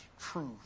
truth